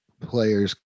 players